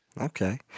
Okay